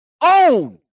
own